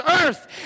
earth